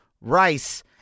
Rice